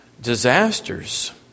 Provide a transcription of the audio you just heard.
disasters